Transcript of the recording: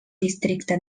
districte